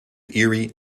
erie